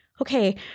okay